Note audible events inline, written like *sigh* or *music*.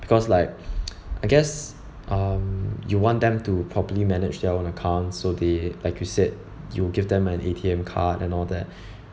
because like *noise* I guess um you want them to properly manage their own accounts so they like you said you give them an A_T_M card and all that